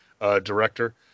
director